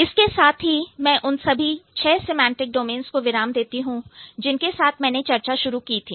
इसके साथ ही मैं उन सभी 6 सिमैंटिक डोमेन्स को विराम देती हूं जिनके साथ मैंने चर्चा शुरू की थी